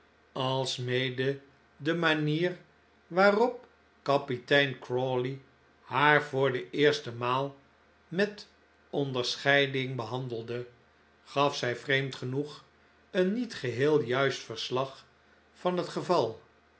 alsmede de manier waarop kapitein crawley haar voor de eerste maal met onderscheiding behandelde gaf zij vreemd genoeg een niet geheel juist verslag van het geval